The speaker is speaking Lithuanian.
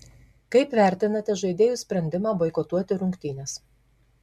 kaip vertinate žaidėjų sprendimą boikotuoti rungtynes